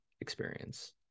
experience